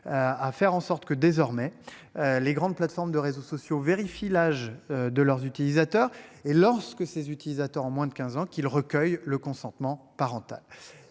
À faire en sorte que désormais. Les grandes plateformes de réseaux sociaux vérifie l'âge de leurs utilisateurs. Et lorsque ses utilisateurs en moins de 15 ans qu'ils recueillent le consentement parental.